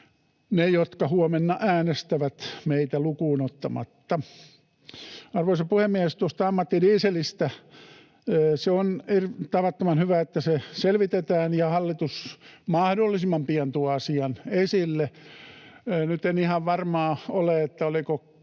ne, jotka huomenna äänestävät, meitä lukuun ottamatta. Arvoisa puhemies! Tuosta ammattidieselistä: On tavattoman hyvä, että se selvitetään ja hallitus mahdollisimman pian tuo asian esille. Nyt en ihan varma ole, olivatko